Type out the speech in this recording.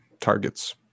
targets